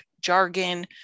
jargon